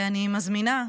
אני מזמינה,